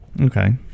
Okay